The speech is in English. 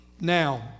Now